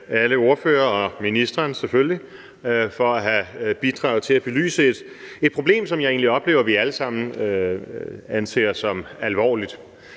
alle ordførere og til ministeren selvfølgelig for at have bidraget til at belyse et problem, som jeg egentlig oplever at vi alle sammen anser som alvorligt